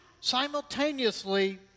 simultaneously